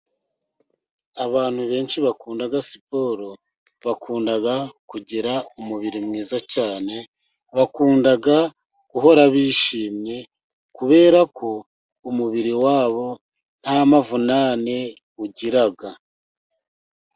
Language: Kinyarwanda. Abantu benshi bakunda siporo, bakunda kugira umubiri mwiza cyane. Bakunda guhora bishimye kubera ko umubiri wabo nta mavunane ugira.